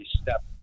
step